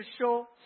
show